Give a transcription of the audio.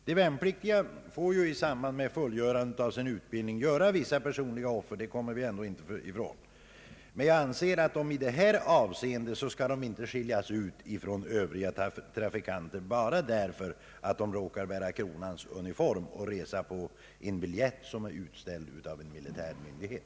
De värnpliktiga gör ju i samband med fullgörandet av sin utbildning vissa personliga offer — det kan vi inte komma ifrån — men jag anser att de i detta avseende inte bör skiljas ut från övriga trafikanter bara därför att de råkar bära kronans uniform och reser på biljett som är utställd av militär myndighet.